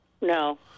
No